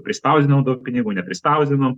prispausdinau daug pinigų neprispausdinau